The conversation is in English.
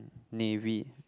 navy